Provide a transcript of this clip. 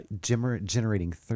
Generating